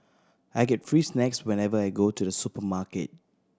I get free snacks whenever I go to the supermarket